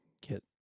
get